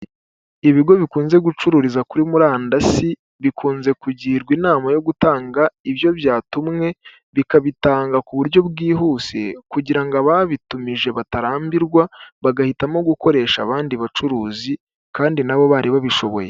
Ibigo bikunze gucururiza kuri murandasi, bikunze kugirwa inama yo gutanga ibyo byatumwe, bikabitanga ku buryo bwihuse kugira ngo ababitumije batarambirwa, bagahitamo gukoresha abandi bacuruzi kandi na bo bari babishoboye.